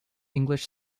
english